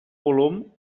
volum